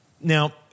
Now